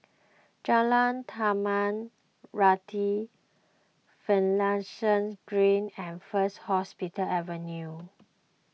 Jalan Tanah Rata Finlayson Green and First Hospital Avenue